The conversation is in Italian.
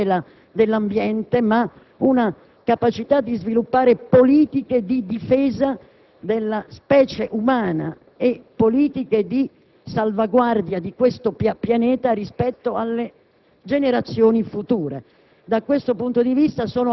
sperimentare non una banale tutela dell'ambiente, ma una capacità di sviluppare politiche di difesa della specie umana e di salvaguardia di questo Pianeta rispetto alle